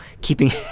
keeping